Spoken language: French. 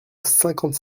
cinquante